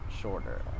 shorter